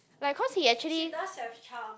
like cause he actually